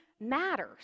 matters